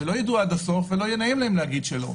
הם לא ידעו עד הסוף ולא יהיה להם נעים להגיד שלא,